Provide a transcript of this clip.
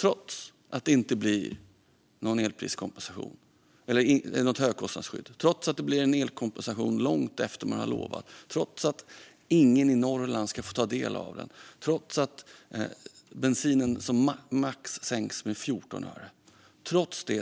Trots att det inte blir något högkostnadsskydd, trots att det blir en elpriskompensation långt efter vad man lovat, trots att ingen i Norrland ska få ta del av den och trots att bensinpriset sänks med max 14 öre